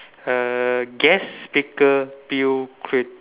uh guest speaker Bill Clin~